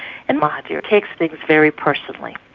and mahathir takes things very personally.